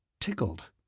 Tickled